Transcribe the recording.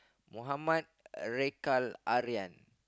Mohammad Raikal Arian